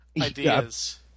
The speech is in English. ideas